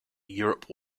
europe